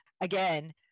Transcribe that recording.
again